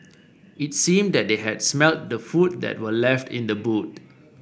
it seemed that they had smelt the food that were left in the boot